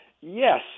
Yes